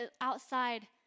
outside